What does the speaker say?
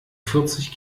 vierzig